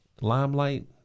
Limelight